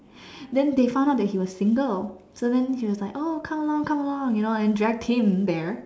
then they found out that he was single so then she was like oh come along come along you know and dragged him there